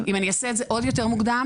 אם אני אעשה את זה עוד יותר מוקדם,